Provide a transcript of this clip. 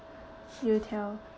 youtiao